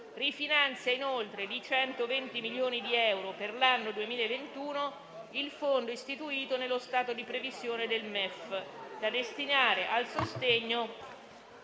Rifinanzia inoltre di 120 milioni di euro, per l'anno 2021, il fondo istituito nello Stato di previsione del MEF da destinare al sostegno